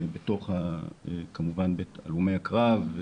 כמובן הלומי קרב,